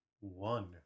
one